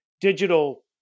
digital